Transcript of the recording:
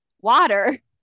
Water